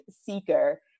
seeker